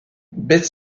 best